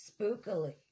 Spookily